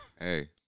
Hey